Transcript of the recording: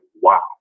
wow